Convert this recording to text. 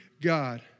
God